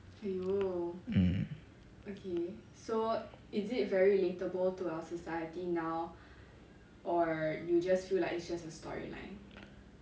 mm